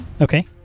Okay